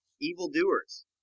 evildoers